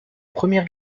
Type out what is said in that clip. première